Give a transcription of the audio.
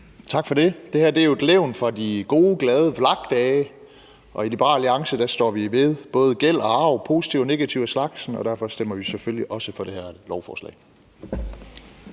Tak for det. Det her er jo et levn fra de gode, glade VLAK-dage, og i Liberal Alliance står vi ved både gæld og arv, den positive og negative af slagsen, og derfor stemmer vi selvfølgelig også for det her lovforslag.